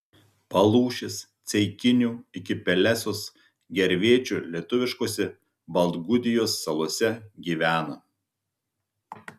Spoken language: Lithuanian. palūšės ceikinių iki pelesos gervėčių lietuviškose baltgudijos salose gyvena